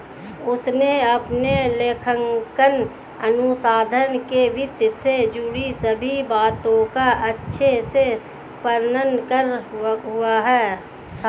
उसने अपने लेखांकन अनुसंधान में वित्त से जुड़ी सभी बातों का अच्छे से वर्णन करा हुआ था